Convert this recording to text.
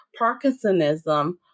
Parkinsonism